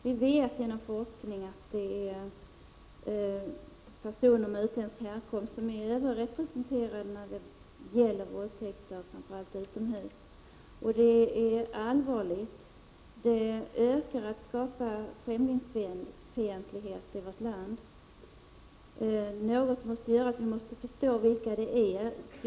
Vi vet genom forskning att personer med utländsk härkomst är överrepresenterade när det gäller våldtäkter, framför allt utomhus. Det är allvarligt. Det ökar risken för främlingsfientlighet i vårt land. Något måste göras, och vi måste förstå vem det är som begår dessa brott.